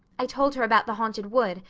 i told her about the haunted wood,